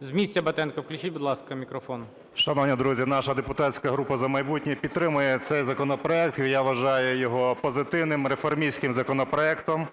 З місця Батенку включіть, будь ласка, мікрофон. 13:51:25 БАТЕНКО Т.І. Шановні друзі, наша депутатська група "За майбутнє" підтримує цей законопроект, і я вважаю його позитивним, реформістським законопроектом,